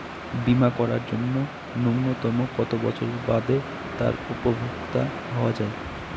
বীমা করার জন্য ন্যুনতম কত বছর বাদে তার উপভোক্তা হওয়া য়ায়?